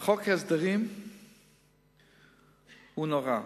חוק ההסדרים הוא נורא.